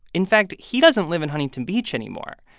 in fact, he doesn't live in huntington beach anymore.